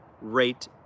rate